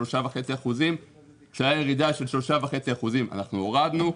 כשהייתה ירידה של 3.5% אנחנו הורדנו.